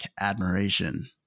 admiration